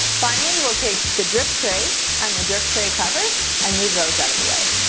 finally, we'll take the drip tray and the drip tray cover and move those out of the way.